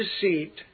deceit